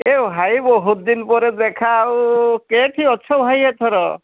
ଏ ଭାଇ ବହୁତ ଦିନ ପରେ ଦେଖା ଆଉ କେଉଁଠି ଅଛ ଭାଇ ଏଥର